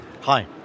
Hi